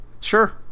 sure